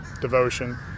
devotion